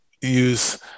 use